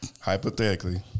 hypothetically